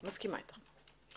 מסכימה אתך.